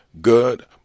good